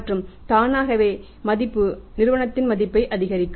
மற்றும் தானாகவே மதிப்பு நிறுவனத்தின் மதிப்பை அதிகரிக்கும்